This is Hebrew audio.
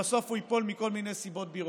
שבסוף הוא ייפול מכל מיני סיבות ביורוקרטיות.